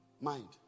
mind